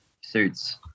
suits